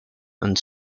and